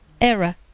error